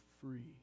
free